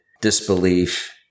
disbelief